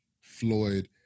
Floyd